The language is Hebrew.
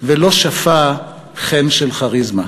ולא שפע חן של כריזמה.